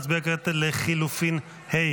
נצביע כעת על לחלופין ה'.